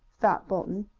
thought bolton.